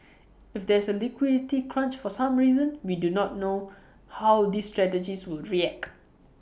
if there's A liquidity crunch for some reason we do not know how these strategies would react